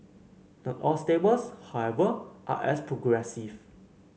not all stables however are as progressive